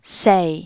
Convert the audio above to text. say